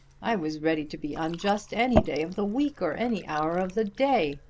i was ready to be unjust any day of the week or any hour of the day.